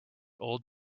old